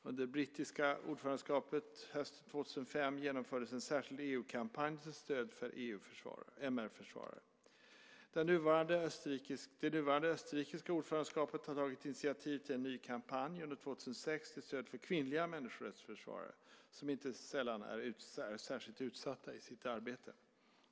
Under det brittiska EU-ordförandeskapet hösten 2005 genomfördes en särskild EU-kampanj till stöd för MR-försvarare. Det nuvarande österrikiska ordförandeskapet har tagit initiativ till en ny kampanj under 2006 till stöd för kvinnliga människorättsförsvarare, som inte sällan är särskilt utsatta i sitt arbete.